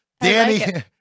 Danny